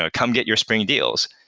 ah come get your spring deals.